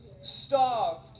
starved